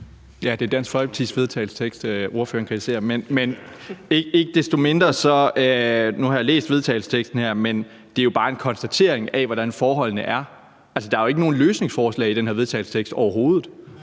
Ja, det er Dansk Folkepartis vedtagelsestekst, ordføreren kritiserer, men ikke desto mindre, og nu har jeg læst vedtagelsesteksten her, er det jo bare en konstatering af, hvordan forholdene er. Der er jo ikke nogen løsningsforslag i den her vedtagelsestekst overhovedet.